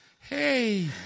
hey